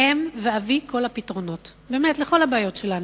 אם ואבי כל הפתרונות, באמת, לכל הבעיות שלנו,